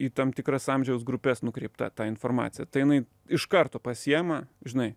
į tam tikras amžiaus grupes nukreipta ta informacija tai jinai iš karto pasiima žinai